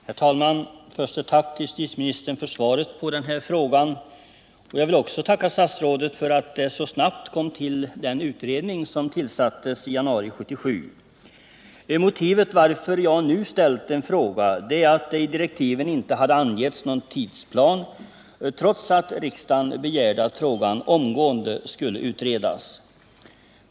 Herr talman! Först ett tack till justitieministern för svaret på denna fråga. Jag vill också tacka statsrådet för att utredningen kom så snabbt — den tillsattes i januari 1977. Motivet till att jag nu ställde en fråga var att det i direktiven inte angavs någon tidsplan trots att riksdagen begärde att frågan omgående skulle utredas.